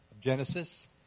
Genesis